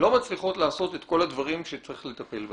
לא מצליחות לעשות את כל הדברים שצריך לטפל בהם.